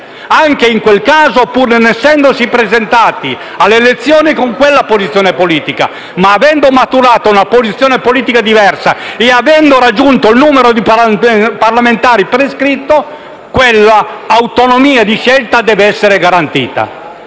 Anche in quel caso, pur non essendosi presentati alle elezioni con quella posizione politica, ma avendo maturato una posizione politica diversa e avendo raggiunto il numero di parlamentari prescritti, quella autonomia di scelta deve essere garantita.